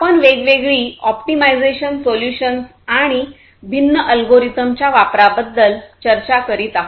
आपण वेगवेगळी optimisation solutions आणि भिन्न अल्गोरिदमच्या वापराबद्दल चर्चा करीत आहोत